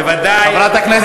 בוא נענה על